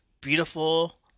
Beautiful